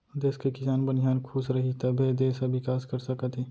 देस के किसान, बनिहार खुस रहीं तभे देस ह बिकास कर सकत हे